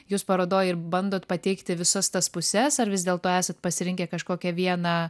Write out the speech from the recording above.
jūs parodoj ir bandot pateikti visas tas puses ar vis dėlto esat pasirinkę kažkokią vieną